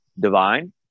divine